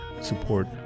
support